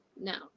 Now